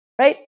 right